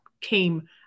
came